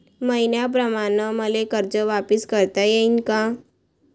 मईन्याप्रमाणं मले कर्ज वापिस करता येईन का?